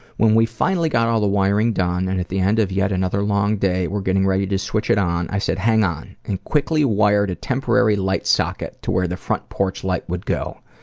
when we finally got all the wiring done, and at the end of yet another long day, were getting ready to switch it on, i said, hang on and quickly wired a temporary light socket to where the front porch light would go.